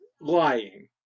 lying